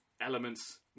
elements